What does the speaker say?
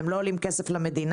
הם לא עולים כסף למדינה,